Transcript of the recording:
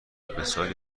بسیاری